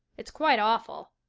it's quite awful.